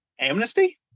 Amnesty